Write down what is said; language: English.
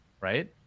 right